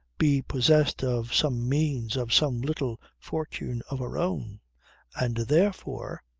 be possessed of some means, of some little fortune of her own and therefore